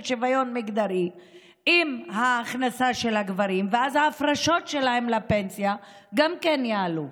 שוויון מגדרי ואז גם ההפרשות שלהן לפנסיה יעלו.